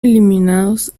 eliminados